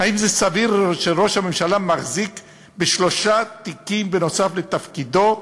האם זה סביר שראש הממשלה מחזיק בשלושה תיקים נוסף על תפקידו,